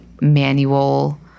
manual